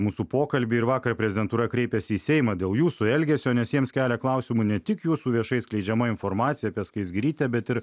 mūsų pokalbį ir vakar prezidentūra kreipėsi į seimą dėl jūsų elgesio nes jiems kelia klausimų ne tik jūsų viešai skleidžiama informacija apie skaisgirytę bet ir